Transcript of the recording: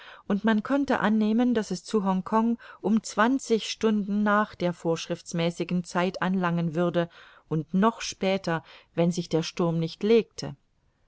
und man konnte annehmen daß es zu hongkong um zwanzig stunden nach der vorschriftsmäßigen zeit anlangen würde und noch später wenn sich der sturm nicht legte